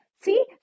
see